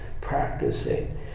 practicing